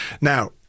Now